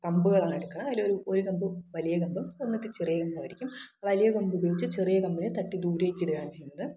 കമ്പുകളാണെടുക്കുന്നത് ഒരു ഒരു കമ്പ് വലിയ കമ്പും ഒന്ന് ഇത്തിരി ചെറിയ കമ്പുമായിരിക്കും വലിയ കമ്പ് ഉപയോഗിച്ച് ചെറിയ കമ്പിനെ തട്ടി ദൂരേക്ക് ഇടുകയാണ് ചെയ്യുന്നത്